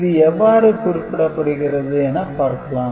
இது எவ்வாறு குறிப்பிடப்படுகிறது என பார்க்கலாம்